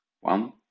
One